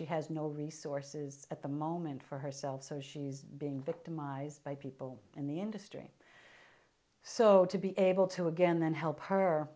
she has no resources at the moment for herself so she's being victimized by people in the industry so to be able to again then help her